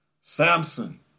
Samson